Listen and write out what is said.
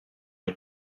une